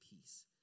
peace